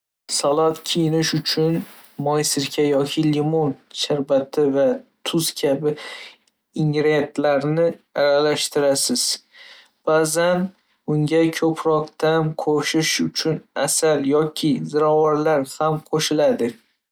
Salat kiyinish uchun moy, sirka yoki limon sharbati va tuz kabi ingretlarni aralashtirasiz. Ba'zan unga ko'proq ta'm qo'shish uchun asal yoki ziravorlar ham qo'shiladi.